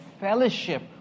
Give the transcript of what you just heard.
fellowship